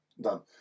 done